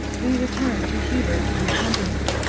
we return to hubert and the company.